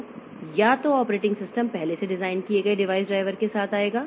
तो या तो ऑपरेटिंग सिस्टम पहले से डिज़ाइन किए गए डिवाइस ड्राइवर के साथ आएगा